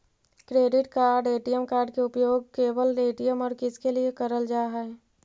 Credit card ATM card के उपयोग केवल ए.टी.एम और किसके के लिए करल जा है?